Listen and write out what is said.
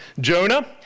Jonah